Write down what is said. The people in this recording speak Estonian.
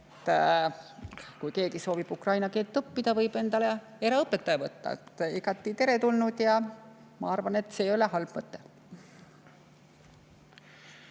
Kui keegi soovib ukraina keelt õppida, siis ta võib endale eraõpetaja võtta. See on igati teretulnud. Ma arvan, et see ei ole halb mõte.